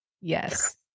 Yes